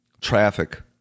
traffic